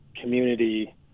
community